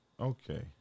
Okay